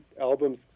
albums